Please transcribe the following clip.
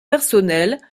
personnel